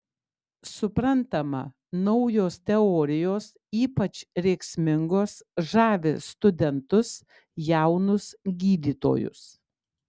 suprantama naujos teorijos ypač rėksmingos žavi studentus jaunus gydytojus